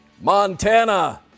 Montana